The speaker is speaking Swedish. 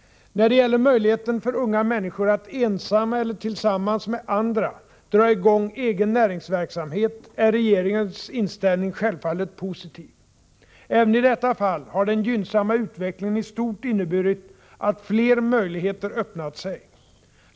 När det gäller möjligheten för unga människor att ensamma eller tillsammans med andra dra i gång egen näringsverksamhet är regeringens inställning självfallet positiv. Även i detta fall har den gynnsamma utvecklingen istort inneburit att fler möjligheter öppnat sig.